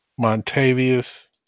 Montavious